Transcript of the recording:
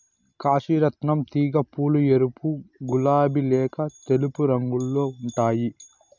కాశీ రత్నం తీగ పూలు ఎరుపు, గులాబి లేక తెలుపు రంగులో ఉంటాయి